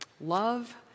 love